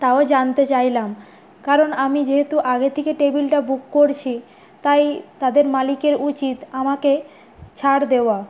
তাও জানতে চাইলাম কারণ আমি যেহেতু আগে থেকে টেবিলটা বুক করছি তাই তাদের মালিকের উচিত আমাকে ছাড় দেওয়া